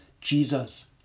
Jesus